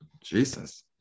Jesus